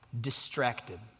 distracted